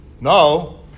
No